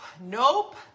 Nope